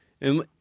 And-